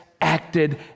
acted